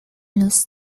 los